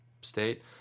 state